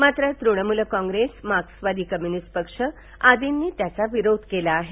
मात्र तृणमूल काँप्रेस पक्ष मार्क्सवादी कम्युनिस्ट पक्ष आदींनी याचा विरोध केला आहे